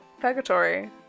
purgatory